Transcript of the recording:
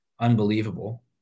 unbelievable